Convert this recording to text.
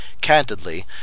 candidly